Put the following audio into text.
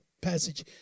passage